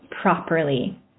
properly